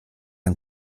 ein